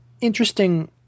interesting